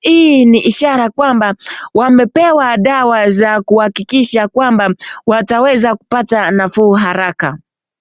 Hii ni ishara kwamba wamepewa dawa za kuhakikisha kwamba wataweza kupata nafuu haraka.